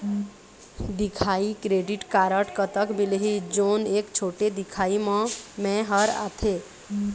दिखाही credit card कतक मिलही जोन एक छोटे दिखाही म मैं हर आथे?